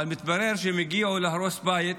אבל מתברר שהריעו להרוס בית